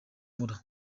mula